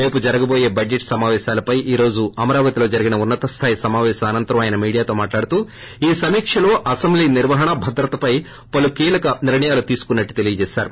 రేపు జరగబోయే బడెట్ సమాపేకాలపై ఈ రోజు అమరావతిలో జరిగిన ఉన్న తస్లాయి సమాపేశం అనంతరం ఆయన మీడియాతో మాట్లాడుతూ ఈ సమీక్షలో అసెంబ్లీ నిర్వహణ భద్రతపై పలు కీలక నిర్ణయాలు తీసుకున్నట్లు తెలీయచేశారు